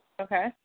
Okay